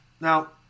Now